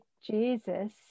Jesus